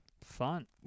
fun